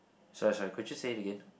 sorry sorry could you say it again